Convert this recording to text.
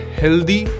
healthy